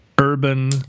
urban